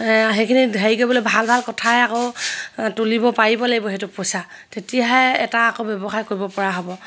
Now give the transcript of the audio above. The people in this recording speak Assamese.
সেইখিনি হেৰি কৰিবলৈ ভাল ভাল কথাই আকৌ তুলিব পাৰিব লাগিব সেইটো পইচা তেতিয়াহে এটা আকৌ ব্যৱসায় কৰিব পৰা হ'ব